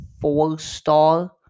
four-star